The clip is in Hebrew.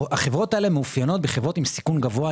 החברות האלה מאופיינות בחברות עם סיכון גבוה,